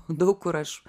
daug kur aš